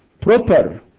proper